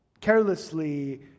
carelessly